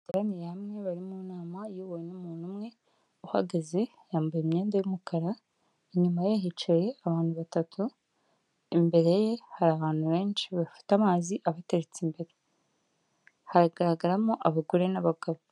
Bateraniye hamwe bari mu nama iyobowe n'umuntu umwe uhagaze, yambaye imyenda y'umukara, inyuma ye hicaye abantu batatu, imbere ye hari abantu benshi bafite amazi abateretse imbere. Hagaragaramo abagore n'abagabo.